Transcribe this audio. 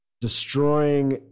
destroying